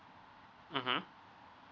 mmhmm